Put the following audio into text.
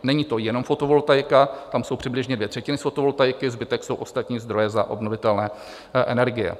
Není to jenom fotovoltaika, a tam jsou přibližně dvě třetiny z fotovoltaiky, zbytek jsou ostatní zdroje za obnovitelné energie.